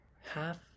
half